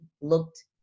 looked